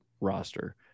roster